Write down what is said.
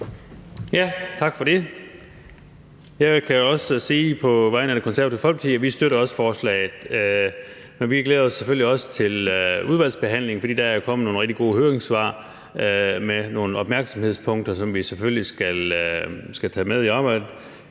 Tak for det. Jeg kan sige på vegne af Det Konservative Folkeparti, at vi også støtter forslaget. Vi glæder os selvfølgelig også til udvalgsbehandlingen, fordi der er kommet nogle rigtig gode høringssvar med nogle opmærksomhedspunkter, som vi selvfølgelig skal tage med i arbejdet.